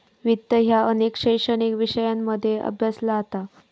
वित्त ह्या अनेक शैक्षणिक विषयांमध्ये अभ्यासला जाता